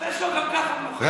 הפה שלו גם ככה מלוכלך.